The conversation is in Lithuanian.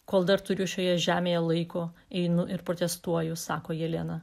kol dar turiu šioje žemėje laiko einu ir protestuoju sako jelena